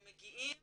הם מגיעים